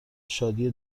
شادی